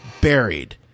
buried